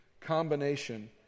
combination